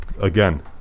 Again